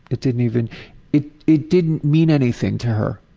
it didn't even it it didn't mean anything to her.